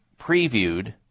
previewed